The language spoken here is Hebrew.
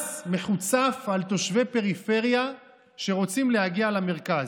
מס מחוצף על תושבי פריפריה שרוצים להגיע למרכז.